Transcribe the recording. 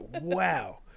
wow